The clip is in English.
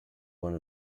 one